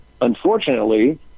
unfortunately